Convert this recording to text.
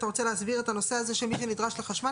אתה רוצה להסביר את הנושא הזה של מי שנדרש לחשמל,